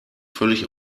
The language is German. völlig